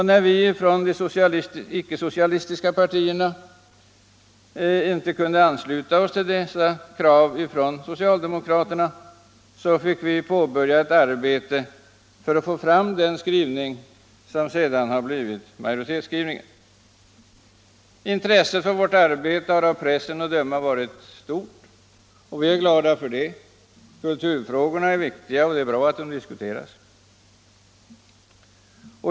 När vi från de icke-socialistiska partierna inte kunde ansluta oss till dessa krav från socialdemokraterna, fick vi påbörja ett arbete för att åstadkomma den skrivning som sedan har blivit majoritetens. Intresset för vårt arbete har av pressen att döma varit stort. Vi är glada för det. Kulturfrågorna är viktiga, och det är bra att de diskuteras.